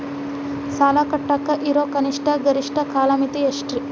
ಸಾಲ ಕಟ್ಟಾಕ ಇರೋ ಕನಿಷ್ಟ, ಗರಿಷ್ಠ ಕಾಲಮಿತಿ ಎಷ್ಟ್ರಿ?